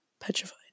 petrified